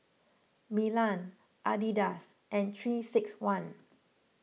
Milan Adidas and three six one